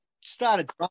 started